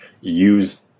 use